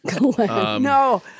No